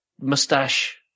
mustache